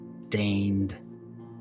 stained